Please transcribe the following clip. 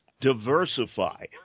diversify